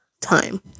time